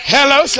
Hello